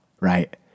right